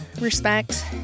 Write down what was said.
respect